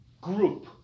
group